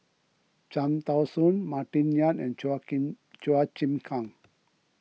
Cham Tao Soon Martin Yan and Chua King Chua Chim Kang